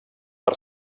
per